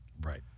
right